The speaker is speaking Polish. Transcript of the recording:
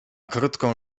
krótką